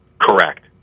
Correct